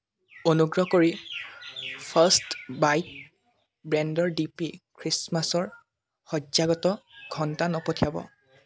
অনুগ্ৰহ কৰি first bite ব্ৰেণ্ডৰ ডি পি খ্ৰীষ্টমাছৰ সজ্জাগত ঘণ্টা নপঠিয়াব